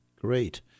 great